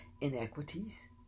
inequities